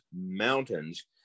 Mountains